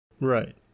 Right